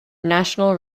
national